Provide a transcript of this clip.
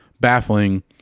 baffling –